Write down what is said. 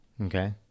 Okay